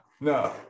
no